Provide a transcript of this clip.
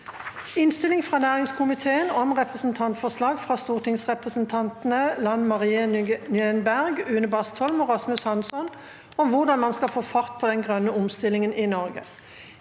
Innstilling fra næringskomiteen om Representantfor- slag fra stortingsrepresentantene Lan Marie Nguyen Berg, Une Bastholm og Rasmus Hansson om hvordan man skal få fart på den grønne omstillingen i Norge